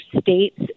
states